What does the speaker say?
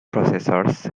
processors